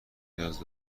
نیاز